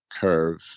curve